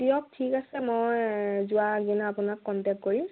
দিয়ক ঠিক আছে মই যোৱাৰ আগদিনা মই আপোনাক কণ্টেক্ট কৰিম